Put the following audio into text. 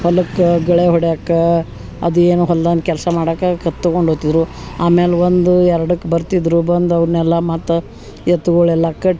ಹೊಲಕ್ಕ ಗೆಳೆ ಹೊಡ್ಯಾಕ ಅದ ಏನು ಹೊಲ್ದಾನ ಕೆಲ್ಸ ಮಾಡಕ ಕತ್ ತಗೊಂಡು ಹೋತಿದ್ರು ಆಮೇಲೆ ಒಂದು ಎರಡಕ್ಕೆ ಬರ್ತಿದ್ದರು ಬಂದು ಅವನ್ನೆಲ್ಲ ಮತ್ತು ಎತ್ತುಗಳೆಲ್ಲ ಕಟ್ಟಿ